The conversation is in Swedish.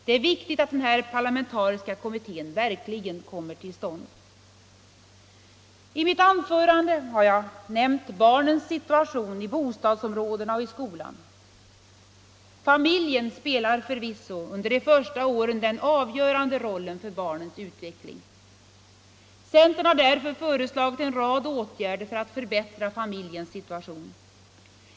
Det är viktigt att denna parlamentariska kommitté verkligen kommer till stånd. I mitt anförande har jag nämnt barnens situation i bostadsområdena och i skolan. Familjen spelar förvisso under de första åren den avgörande rollen för barnens utveckling. Centern har därför föreslagit en rad åtgärder för att förbättra familjens situation.